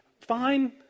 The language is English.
Fine